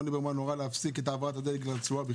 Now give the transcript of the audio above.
ליברמן הורה להפסיק את העברת הדלק לרצועה,